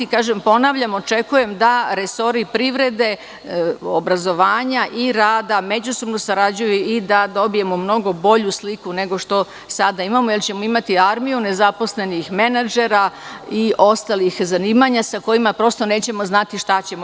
Ponavljam, očekujem da resori privrede, obrazovanja i rada međusobno sarađuju i da dobijemo mnogo bolju sliku nego što sada imamo, jer ćemo imati armiju nezaposlenih menadžera i ostalih zanimanja, sa kojima prosto nećemo znati šta ćemo.